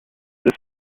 this